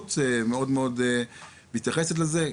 הנציבות מאוד מתייחסת לזה,